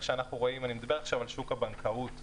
איך שאנחנו רואים אני מדבר עכשיו על שוק הבנקאות בעיקר,